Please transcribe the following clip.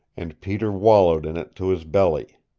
and peter wallowed in it to his belly.